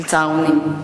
של צהרונים.